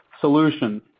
solution